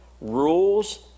rules